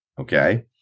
Okay